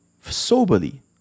soberly